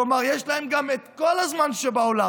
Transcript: כלומר, יש להם גם את כל הזמן שבעולם.